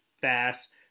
fast